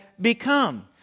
become